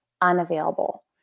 unavailable